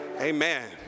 Amen